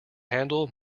handel